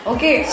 Okay